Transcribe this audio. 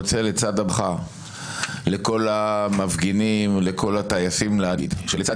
רוצה לצד הברכה לכל המפגינים ולכל הטייסים להגיד שלצד